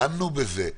דנו בזה.